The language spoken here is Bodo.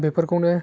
बेफोरखौनो